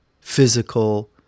physical